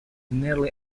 nearly